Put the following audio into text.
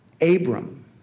Abram